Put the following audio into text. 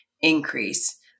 increase